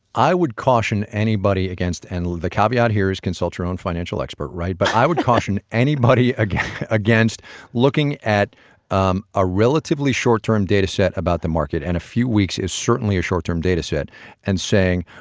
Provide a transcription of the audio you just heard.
i would caution anybody against and the caveat here is consult your own financial expert, right? but i would caution anybody against against looking at um a relatively short-term data set about the market and a few weeks is certainly a short-term data set and saying,